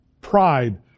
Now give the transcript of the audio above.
pride